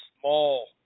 small